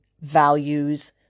values